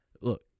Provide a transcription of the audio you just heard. Look